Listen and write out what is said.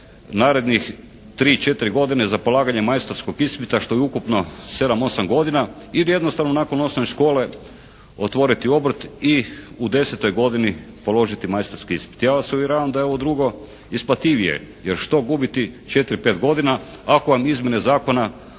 narednih 3, 4 godine za polaganje majstorskog ispita što je ukupno 7, 8 godina ili jednostavno nakon osnovne škole otvoriti obrt i u 10. godini položiti majstorski ispit. Ja vas uvjeravam da je ovo drugo isplativije jer što gubiti 4, 5 godina ako vam izmjene zakona